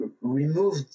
removed